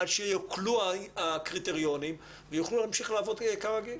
עד שיוקלו הקריטריונים והם יוכלו להמשיך לעבוד כרגיל.